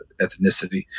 ethnicity